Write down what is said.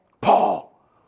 Paul